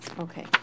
Okay